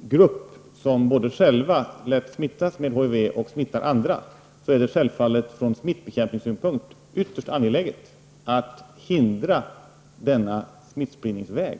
grupp av personer som både själva lätt smittas med HIV och smittar andra, är det självfallet från smittbekämpningssynpunkt ytterst angeläget att hindra denna smittspridningsväg.